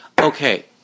Okay